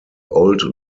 old